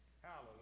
Hallelujah